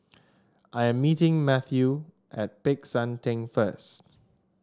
I'm meeting Mateo at Peck San Theng first